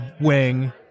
wing